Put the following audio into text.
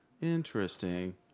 Interesting